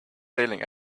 sailing